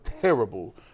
terrible